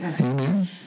amen